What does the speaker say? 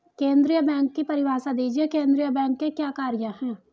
केंद्रीय बैंक की परिभाषा दीजिए केंद्रीय बैंक के क्या कार्य हैं?